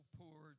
poor